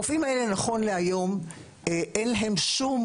לרופאים האלה נכון להיום אין שום